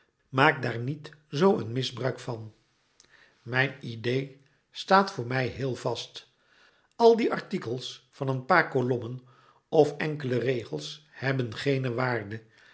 maak daar niet zoo een misbruik van mijn idee staat voor mij heel vast al die artikels van een paar kolommen of enkele regels hebben geene waarde